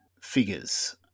figures